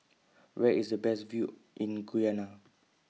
Where IS The Best View in Guyana